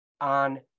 on